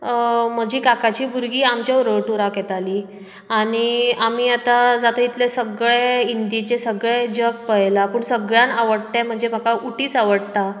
म्हजी काकाची भुरगीं आमच्या बरोबर टुराक येताली आनी आमी आतां जाता तितलें सगळें इंडियेचे सगळें जग पयलां पूण सगळ्यान आवडटे म्हणजे म्हाका उटीच आवडटा